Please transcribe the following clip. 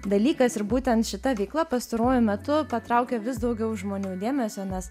dalykas ir būtent šita veikla pastaruoju metu patraukia vis daugiau žmonių dėmesio nes